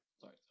sorry